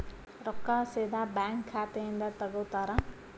ರೊಕ್ಕಾ ಸೇದಾ ಬ್ಯಾಂಕ್ ಖಾತೆಯಿಂದ ತಗೋತಾರಾ?